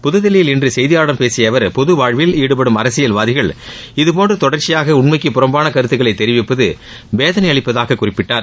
புதுதில்லியில் இன்று செய்தியாளர்களிடம் பேசிய அவர் பொதுவாழ்வில் ஈடுபடும் அரசியல்வாதிகள் இது போன்று பொடர்ச்சியாக உண்மைக்கு புறமான கருத்துகளை தெரிவிப்பது வேதனை அளிப்பதாக குறிப்பிட்டார்